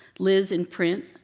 liz in print,